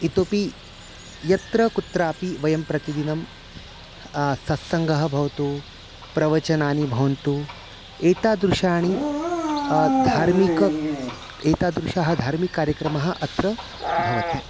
इतोपि यत्र कुत्रापि वयं प्रतिदिनं सत्सङ्गः भवतु प्रवचनानि भवन्तु एतादृशानि धार्मिकं क् एतादृशाः धार्मिककार्यक्रमः अत्र भवति